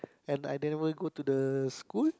and I never go to the school